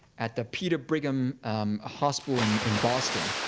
at the peter brigham hospital in in boston.